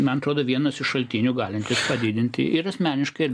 man atrodo vienas iš šaltinių galintis padidinti ir asmeniškai ir